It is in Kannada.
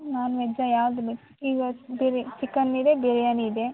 ನೋನ್ ವೆಜ್ಜ ಯಾವ್ದು ಬೇಕು ಇವಾಗ ಬೇರೆ ಚಿಕನ್ ಇದೆ ಬಿರ್ಯಾನಿ ಇದೆ